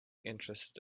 interested